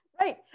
Right